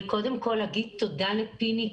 אני קודם כל אגיד תודה לפיני,